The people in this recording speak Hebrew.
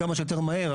כמה שיותר מהר,